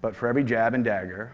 but for every jab and dagger